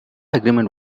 agreement